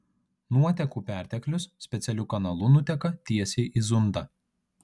nuotekų perteklius specialiu kanalu nuteka tiesiai į zundą